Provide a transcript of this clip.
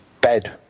bed